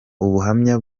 ubuhamya